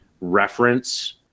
reference